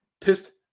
Pissed